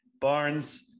Barnes